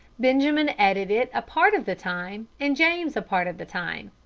benjamin edited it a part of the time, and james a part of the time.